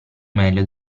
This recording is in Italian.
meglio